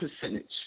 percentage